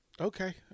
Okay